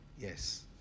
Yes